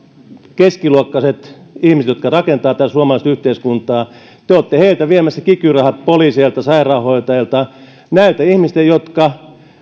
keskiluokkaiset ihmiset jotka rakentavat tätä suomalaista yhteiskuntaa te olette heiltä viemässä kiky rahat poliiseilta sairaanhoitajilta näiltä ihmisiltä jotka